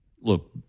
look